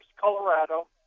Colorado